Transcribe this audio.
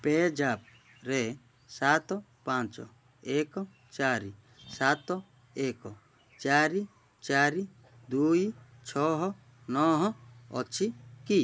ପେଜାପ୍ରେ ସାତ ପାଞ୍ଚ ଏକ ଚାରି ସାତ ଏକ ଚାରି ଚାରି ଦୁଇ ଛଅ ନଅ ଅଛି କି